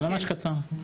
זה ממש קצר.